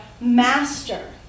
master